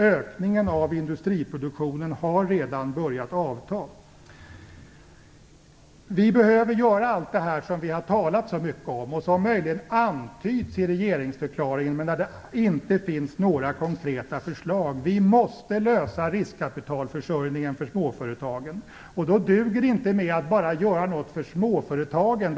Ökningen av industriproduktionen har redan börjat avta. Vi behöver göra allt det som vi har talat så mycket om och som möjligen antyds i regeringsförklaringen, men det finns inga konkreta förslag där. Vi måste lösa riskkapitalförsörjningen för småföretagen. Då duger det inte med att bara göra något för småföretagen.